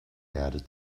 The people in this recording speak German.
erde